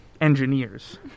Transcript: engineers